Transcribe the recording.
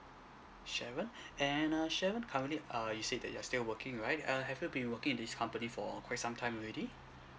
sharon and uh sharon currently uh you said that you're still working right err have you been working in this company for quite some time already